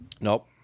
nope